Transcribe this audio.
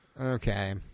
Okay